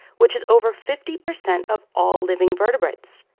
which is over fifty per cent of all living vertebrates.